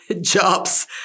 jobs